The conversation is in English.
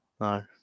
No